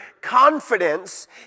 confidence